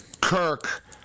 Kirk